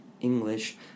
English